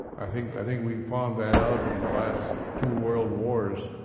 i think i think we found that out in the last two world wars.